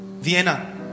Vienna